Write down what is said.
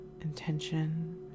intention